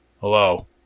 hello